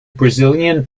brazilian